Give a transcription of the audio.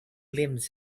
limbs